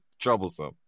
Troublesome